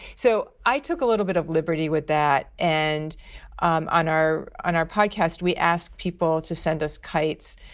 so i took a little bit of liberty with that. and um on our on our podcast we asked people to send us kites,